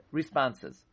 responses